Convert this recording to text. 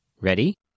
Ready